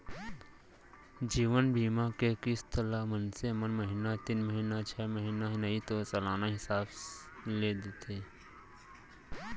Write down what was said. जीवन बीमा के किस्त ल मनसे मन महिना तीन महिना छै महिना नइ तो सलाना हिसाब ले देथे